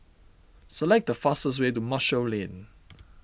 select the fastest way to Marshall Lane